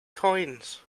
coins